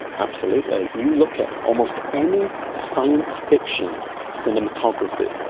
absolutely. you look at almost any science fiction cinematography,